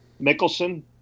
Mickelson